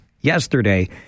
yesterday